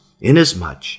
inasmuch